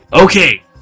Okay